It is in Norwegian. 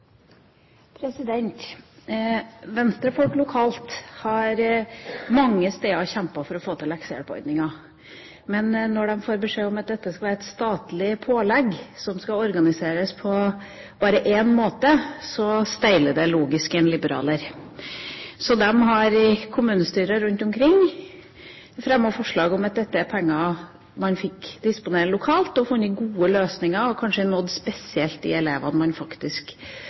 kommunene. Venstre-folk lokalt har mange steder kjempet for å få til leksehjelpordninga. Men når de får beskjed om at dette skal være et statlig pålegg, som skal organiseres på bare én måte, steiler det logisk i en liberaler. Så de har i kommunestyrer rundt omkring fremmet forslag om at dette er penger man burde fått disponere lokalt, funnet gode løsninger og kanskje nådd spesielt de elevene man faktisk